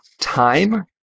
time